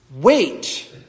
Wait